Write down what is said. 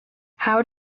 how